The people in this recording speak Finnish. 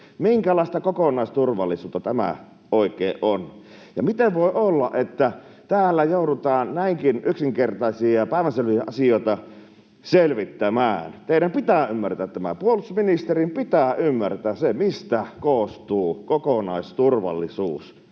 Minkälaista kokonaisturvallisuutta tämä oikein on, ja miten voi olla, että täällä joudutaan näinkin yksinkertaisia ja päivänselviä asioita selvittämään? Teidän pitää ymmärtää tämä. Puolustusministerin pitää ymmärtää se, mistä koostuu kokonaisturvallisuus.